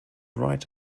right